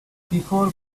before